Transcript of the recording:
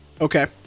Okay